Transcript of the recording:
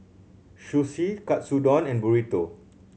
Sushi Katsudon and Burrito